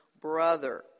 brother